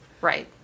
right